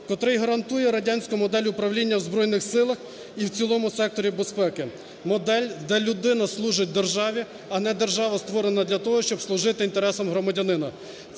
котрий гарантує радянську модель управління в Збройних Силах і в цілому в секторі безпеки. Модель, де людина служить державі, а не держава створена для того, щоб служити інтересам громадянина.